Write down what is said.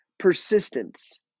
Persistence